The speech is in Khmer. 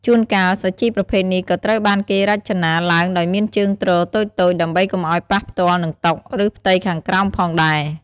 ជួនកាល សាជីប្រភេទនេះក៏ត្រូវបានគេរចនាឡើងដោយមានជើងទ្រតូចៗ ដើម្បីកុំឱ្យប៉ះផ្ទាល់នឹងតុ ឬផ្ទៃខាងក្រោមផងដែរ។